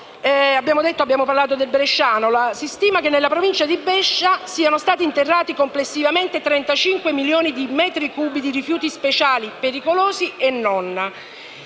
giorno G3.108, si stima che nella Provincia di Brescia siano stati interrati complessivamente 35 milioni di metri cubi di rifiuti speciali, pericolosi e non.